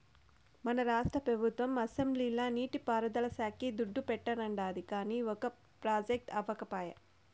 మన రాష్ట్ర పెబుత్వం అసెంబ్లీల నీటి పారుదల శాక్కి దుడ్డు పెట్టానండాది, కానీ ఒక ప్రాజెక్టు అవ్యకపాయె